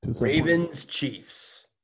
Ravens-Chiefs